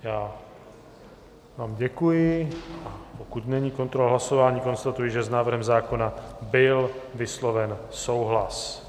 Já vám děkuji, a pokud není kontrola hlasování, konstatuji, že s návrhem zákona byl vysloven souhlas.